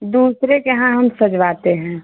दूसरे के यहाँ हम सजवाते हैं